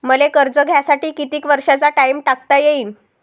मले कर्ज घ्यासाठी कितीक वर्षाचा टाइम टाकता येईन?